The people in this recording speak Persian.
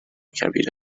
کبیر